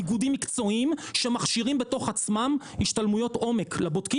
איגודים מקצועיים שמכשירים בתוך עצמם השתלמויות עומק לבודקי,